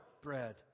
bread